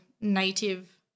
native